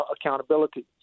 accountability